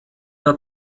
der